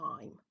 time